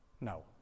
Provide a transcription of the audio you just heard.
No